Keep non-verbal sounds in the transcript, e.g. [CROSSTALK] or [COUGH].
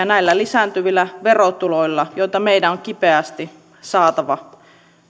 [UNINTELLIGIBLE] näillä lisääntyvillä verotuloilla joita meidän on kipeästi saatava